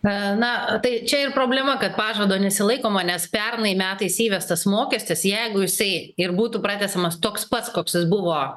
na na tai čia ir problema kad pažado nesilaikoma nes pernai metais įvestas mokestis jeigu jisai ir būtų pratęsiamas toks pats koks jis buvo